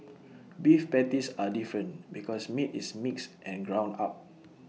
beef patties are different because meat is mixed and ground up